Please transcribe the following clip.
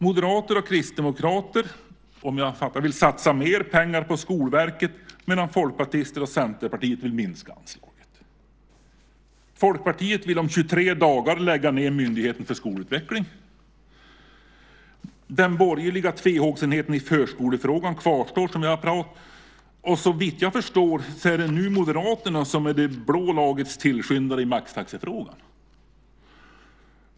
Moderater och kristdemokrater vill, om jag fattar rätt, satsa mer pengar på Skolverket medan Folkpartister och Centerpartiet vill minska anslaget. Folkpartiet vill om 23 dagar lägga ned Myndigheten för skolutveckling. Den borgerliga tvehågsenheten i förskolefrågan kvarstår, och såvitt jag förstår är det nu Moderaterna som är det blå lagets tillskyndare i maxtaxefrågan.